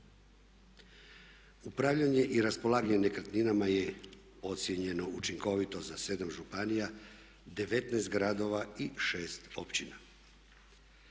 Upravljanje i raspolaganje nekretninama je ocijenjeno učinkovito za 7 županija, 19 gradova i 6 općina.